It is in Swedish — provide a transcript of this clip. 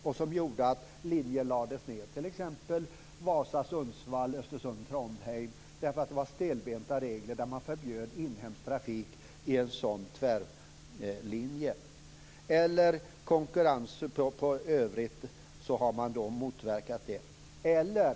Detta gjorde ju att linjer lades ned, t.ex. Vaasa-Sundsvall och Östersund-Trondheim, för att det var stelbenta regler där man förbjöd inhemsk trafik i en sådan tvärlinje. Också i övrigt har man motverkat konkurrens.